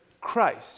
Christ